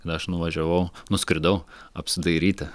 ir aš nuvažiavau nuskridau apsidairyti